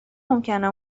ممکنه